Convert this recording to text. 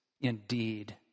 indeed